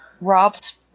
Rob's